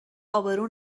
ابرو